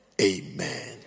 Amen